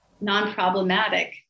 non-problematic